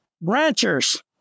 ranchers